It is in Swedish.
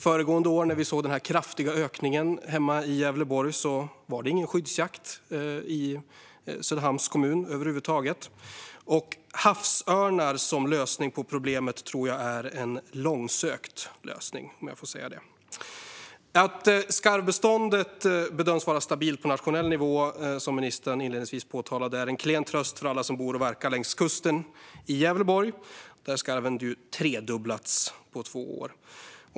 Föregående år när vi såg den här kraftiga ökningen i Gävleborg var det över huvud taget ingen skyddsjakt i Söderhamns kommun. Havsörnar tror jag är en långsökt lösning på problemet. Att skarvbeståndet bedöms vara stabilt på nationell nivå, som ministern inledningsvis påpekade, är en klen tröst för alla som bor och verkar längs kusten i Gävleborg, där skarven har tredubblats på två år.